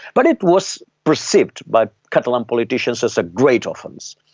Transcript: but it was perceived by catalan politicians as a great offence,